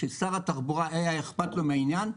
כשלשר התחבורה היה אכפת מהעניין,